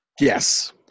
Yes